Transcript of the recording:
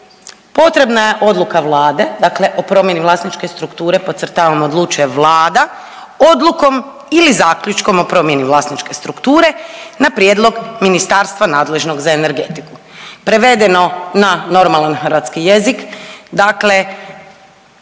potrebna je odluka Vlade, dakle o promjeni vlasničke strukture, podcrtavam, odlučuje Vlada, odlukom ili zaključkom o promjeni vlasničke strukture na ministarstva nadležnog za energetiku. Prevedeno na normalan hrvatski jezik, dakle